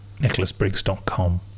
NicholasBriggs.com